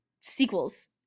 sequels